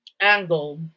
angle